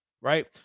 right